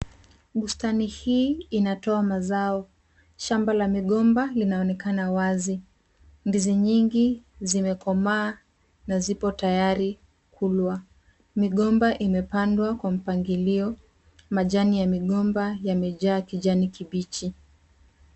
Bustani hii inatoa mazao. Shamba la migomba linaonekana wazi. Ndizi nyingi zimekomaa na zipo tayari kulwa. Migomba imepandwa kwa mpangilio. Majani ya migomba yamejaa kijani kibichi.